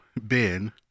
Ben